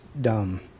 dumb